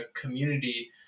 community